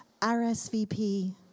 RSVP